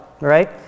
right